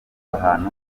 ahantu